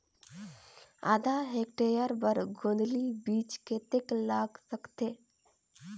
आधा हेक्टेयर बर गोंदली बीच कतेक लाग सकथे?